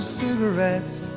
cigarettes